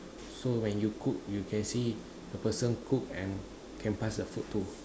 so when you cook you can see the person cook and can pass the food too